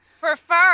prefer